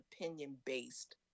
opinion-based